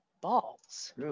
Balls